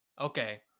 okay